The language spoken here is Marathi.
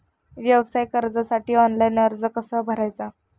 व्यवसाय कर्जासाठी ऑनलाइन अर्ज कसा भरायचा?